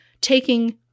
taking